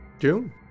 June